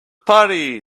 party